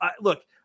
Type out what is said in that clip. look